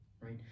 right